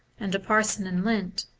and a parson in lent,